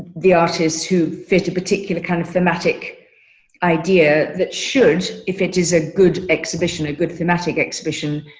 the artists who fit a particular kind of thematic idea that should if it is a good exhibition, a good thematic exhibition,